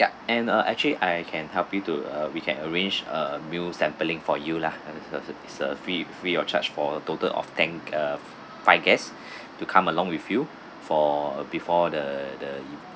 ya and uh actually I can help you to uh we can arrange a meal sampling for you lah it's a it's a it's a free free of charge for a total of ten uh five guests to come along with you for before the the